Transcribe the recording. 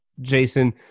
Jason